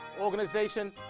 organization